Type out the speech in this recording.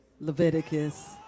Leviticus